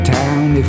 town